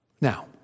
Now